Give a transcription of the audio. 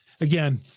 Again